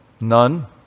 None